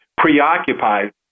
preoccupied